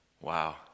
Wow